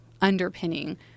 underpinning